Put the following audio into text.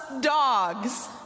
dogs